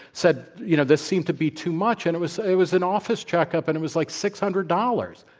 said, you know, this seemed to be too much, and it was it was an office checkup, and it was like six hundred dollars.